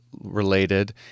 related